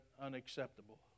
unacceptable